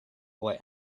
boy